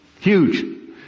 huge